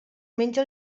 menja